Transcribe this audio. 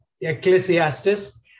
Ecclesiastes